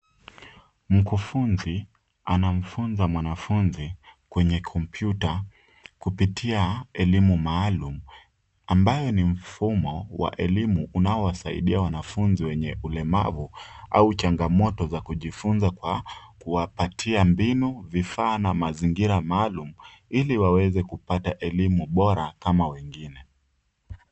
Mkufunzi anamfunza mwanafunzi kwenye kompyuta kupitia elimu maalum ambayo ni mfumo wa elimu unaowasaidia wanafunzi wenye ulemavu au changamoto za kujifunza kwa kuwapatia mbinu vifaa na mazingira maalum ili waweze kupata elimu bora kama wengine.